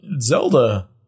zelda